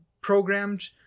programmed